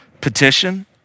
petition